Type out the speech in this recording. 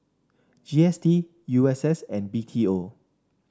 G S T U S S and B T O